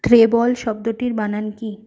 treble শব্দটির বানান কী